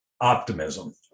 Optimism